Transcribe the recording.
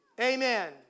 Amen